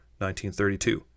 1932